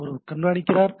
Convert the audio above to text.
ஒருவர் கண்காணிக்கிறார்